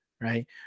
Right